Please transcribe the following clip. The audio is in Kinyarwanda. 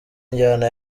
injyana